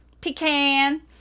pecan